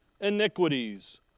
iniquities